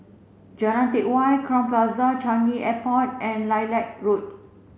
Jalan Teck Whye Crowne Plaza Changi Airport and Lilac Road